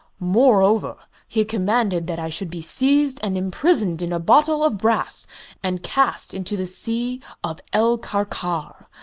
moreover, he commanded that i should be seized and imprisoned in a bottle of brass and cast into the sea of el-karkar,